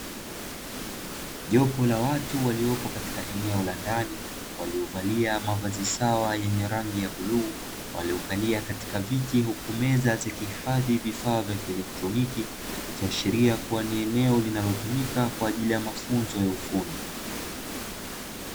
Jopo la watu waliopo katika eneo la ndani, waliovalia mavazi sawa yenye rangi ya bluu, waliokalia katika viti huku meza zikihifadhi vifaa vya kielektroniki, ikiashiria kuwa ni eneo linalotumika kwa ajili ya mafunzo ya ufundi.